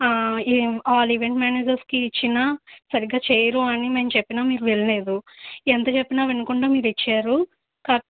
ఈ all event మ్యానేజర్స్కి ఇచ్చినా సరిగ్గా చెయ్యరు అని మేము చెప్పినా మీరు వినలేదు ఎంత చెప్పినా వినకుండా మీరిచ్చారు కా